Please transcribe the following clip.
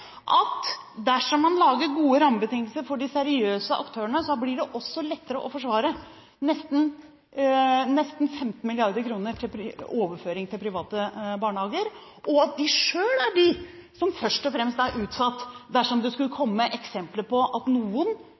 at dersom man lager gode rammebetingelser for de seriøse aktørene, blir det også lettere å forsvare nesten 15 mrd. kr i overføring til private barnehager. De ser også at de selv er dem som først og fremst er utsatt dersom det skulle komme eksempler på at noen